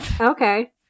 Okay